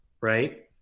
right